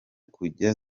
kujya